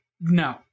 no